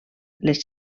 les